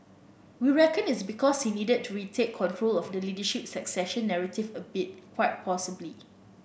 we reckon it's because he needed to retake control of the leadership succession narrative a bit quite possibly